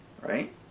Right